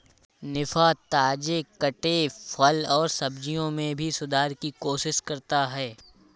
निफा, ताजे कटे फल और सब्जियों में भी सुधार की कोशिश करता है